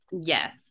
Yes